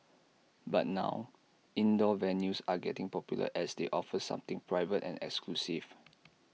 but now indoor venues are getting popular as they offer something private and exclusive